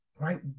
Right